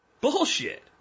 Bullshit